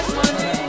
money